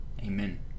Amen